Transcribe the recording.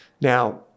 Now